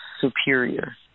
superior